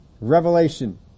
Revelation